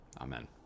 Amen